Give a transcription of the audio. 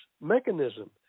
mechanism